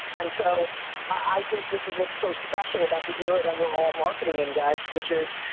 and so i think this is what's so special about the year that we're all marketing in guys, which is,